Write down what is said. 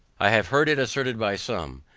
i have heard it asserted by some,